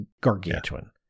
gargantuan